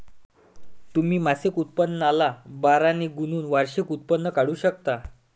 तुम्ही मासिक उत्पन्नाला बारा ने गुणून वार्षिक उत्पन्न काढू शकता